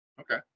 Okay